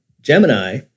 Gemini